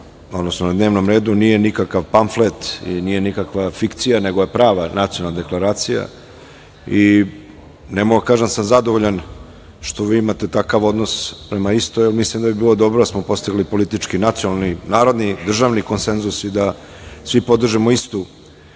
odnosno na dnevnom redu nije nikakav pamflet i nije nikakva fikcija nego je prava nacionalna deklaracija i ne mogu da kažem da sam zadovoljan što vi imate takav odnos prema istoj, ali mislim da bi bilo dobro da smo postavili politički, nacionalni, narodni, državni konsenzus i da svi podržimo istu.